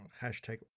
Hashtag